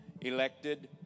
elected